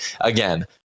again